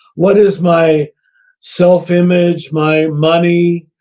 what is my self-image, my money,